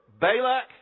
Balak